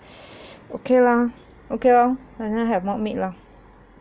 okay lah okay lor I'll have mock meat lah